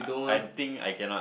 I think I cannot